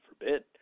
forbid